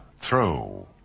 Throw